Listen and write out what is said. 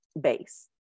base